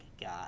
God